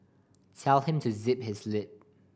tell him to zip his lip